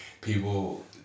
people